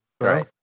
right